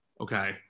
Okay